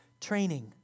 training